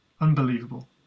Unbelievable